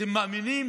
אתם מאמינים